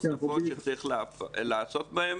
נוספות שצריך לעסוק בהן.